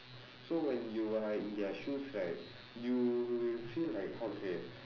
so when you are in their shoes right you will feel like how to say